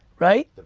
right?